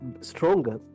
stronger